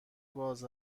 باز